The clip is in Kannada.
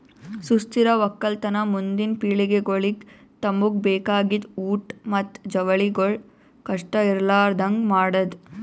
ಸುಸ್ಥಿರ ಒಕ್ಕಲತನ ಮುಂದಿನ್ ಪಿಳಿಗೆಗೊಳಿಗ್ ತಮುಗ್ ಬೇಕಾಗಿದ್ ಊಟ್ ಮತ್ತ ಜವಳಿಗೊಳ್ ಕಷ್ಟ ಇರಲಾರದಂಗ್ ಮಾಡದ್